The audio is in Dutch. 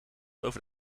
over